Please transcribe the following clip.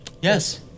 Yes